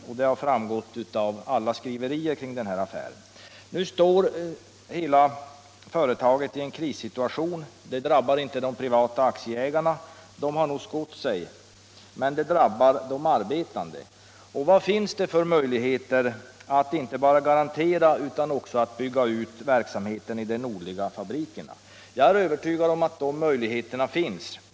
Det har också framgått av alla skriverier . Om åtgärder för att kring affären. Nu står hela företaget i en krissituation. Det drabbar inte säkerställa sysselde privata aktieägarna — de har nog skott sig. Men det drabbar de ar = sättningen vid betande. Algotsfabrikerna i Vad finns det för möjligheter att inte bara garantera utan också bygga Västerbotten, ut verksamheten i de nordliga fabrikerna? Jag är övertygad om att möj = mm.m. ligheten finns.